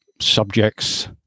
subjects